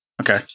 Okay